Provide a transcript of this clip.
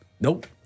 Nope